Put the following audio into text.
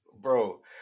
Bro